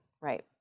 Right